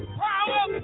power